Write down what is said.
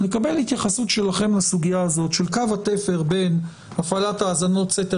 לקבל התייחסות שלכם לסוגיה הזאת של קו התפר בין הפרדת האזנות סתר